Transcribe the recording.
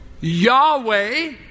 Yahweh